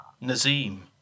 Nazim